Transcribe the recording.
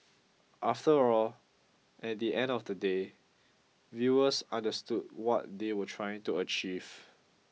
after all at the end of the day viewers understood what they were trying to achieve